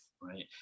right